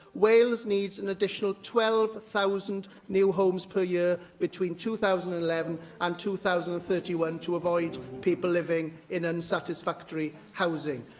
wales needs an additional twelve thousand new homes per year between two thousand and eleven and two thousand and thirty one to avoid people living in unsatisfactory housing.